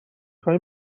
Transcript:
خوای